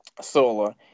solo